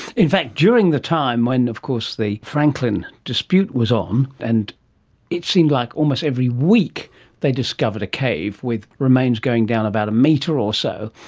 in fact during the time when of course the franklin dispute was on um and it seemed like almost every week they discovered a cave with remains going down about a metre or so,